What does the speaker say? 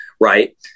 Right